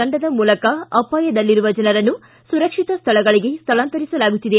ತಂಡದ ಮೂಲಕ ಅವಾಯದಲ್ಲಿರುವ ಜನರನ್ನು ಸುರಕ್ಷಿತ ಸ್ಥಳಗಳಿಗೆ ಸ್ವಳಾಂತರಿಸಲಾಗುತ್ತಿದೆ